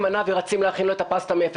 מנה ורצים להכין לו את הפסטה מאפס.